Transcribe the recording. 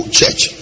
church